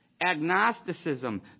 agnosticism